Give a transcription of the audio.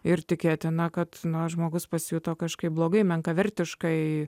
ir tikėtina kad žmogus pasijuto kažkaip blogai menkavertiškumo kai